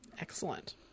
Excellent